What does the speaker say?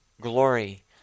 glory